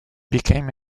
became